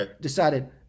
decided